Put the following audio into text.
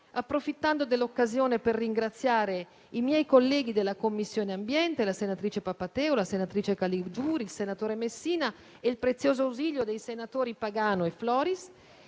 approfittando dell'occasione per ringraziare i miei colleghi della Commissione ambiente, le senatrici Papatheu e Caligiuri, il senatore Messina e del prezioso ausilio i senatori Pagano e Floris;